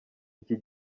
iki